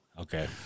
Okay